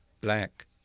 black